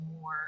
more